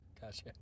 Gotcha